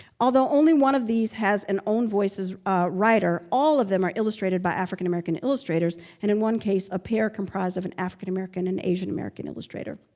although only one of these has an ownvoices writer, all of them are illustrated by african american illustrators and in one case a pair comprised of an african american and an asian-american illustrator.